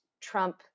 Trump